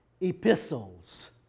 epistles